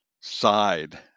side